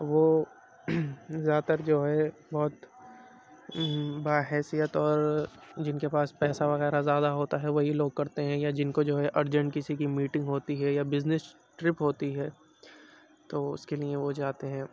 وہ زیادہ تر جو ہے بہت با حیثیت اور جن کے پاس پیسہ وغیرہ زیادہ ہوتا ہے وہی لوگ کرتے ہیں یا جن کو جو ارجینٹ کسی کی میٹنگ ہوتی ہے یا بزنش ٹرپ ہوتی ہے تو اس کے لیے وہ جاتے ہیں